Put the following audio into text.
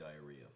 diarrhea